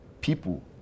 people